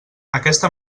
aquesta